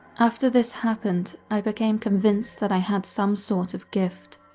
after this happened, i became convinced that i had some sort of gift.